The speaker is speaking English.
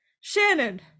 Shannon